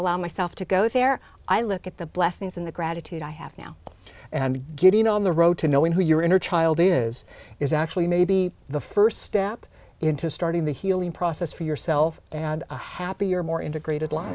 allow myself to go there i look at the blessings and the gratitude i have now and getting on the road to knowing who your inner child is is actually maybe the first step into starting the healing process for yourself and a happier more integrated li